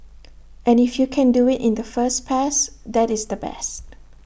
and if you can do IT in the first pass that is the best